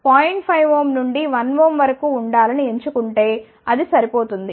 5 ohm నుండి 1 ohm వరకు ఉండాలని ఎంచుకుంటే అది సరిపోతోంది